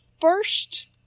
first